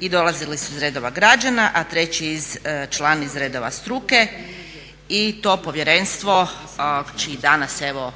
i dolazili su iz redova građana, a treći član iz redova struke i to povjerenstvo čiji danas evo